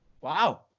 Wow